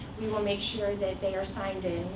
we will make sure that they are signed in.